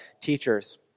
Teachers